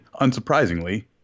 unsurprisingly